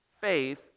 Faith